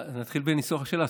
נתחיל בניסוח השאלה.